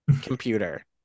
computer